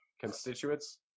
constituents